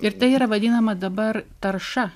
ir tai yra vadinama dabar tarša